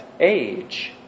age